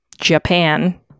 Japan